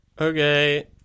Okay